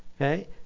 okay